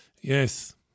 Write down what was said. Yes